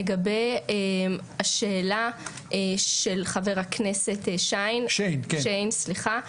לגבי השאלה של חבר הכנסת שיין,